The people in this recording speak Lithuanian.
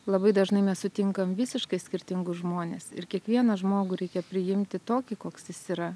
labai dažnai mes sutinkam visiškai skirtingus žmones ir kiekvieną žmogų reikia priimti tokį koks jis yra